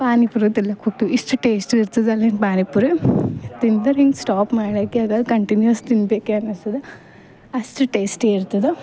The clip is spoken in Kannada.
ಪಾನಿಪೂರಿ ತಿನ್ಲಕ್ಕೆ ಹೋಗ್ತಿವಿ ಇಷ್ಟು ಟೇಷ್ಟಿ ಇರ್ತದೆ ಅಲ್ಲಿನ ಪಾನಿಪೂರಿ ತಿಂದ್ರೆ ಹಿಂಗೆ ಸ್ಟಾಪ್ ಮಾಡೋಕೆ ಅದ ಕಂಟಿನ್ಯೂಸ್ ತಿನ್ಬೇಕು ಅನಿಸ್ತದೆ ಅಷ್ಟು ಟೇಸ್ಟಿ ಇರ್ತದೆ